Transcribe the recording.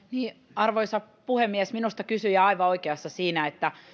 arvoisa puhemies minusta kysyjä on aivan oikeassa siinä että